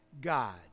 God